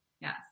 Yes